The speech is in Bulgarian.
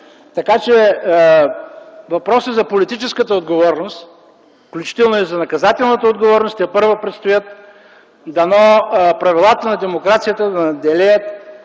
Така че, въпросът за политическата отговорност, включително и за наказателната отговорност тепърва предстоят. Дано правилата на демокрацията да надделеят